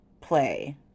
play